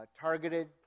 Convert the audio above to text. targeted